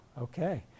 Okay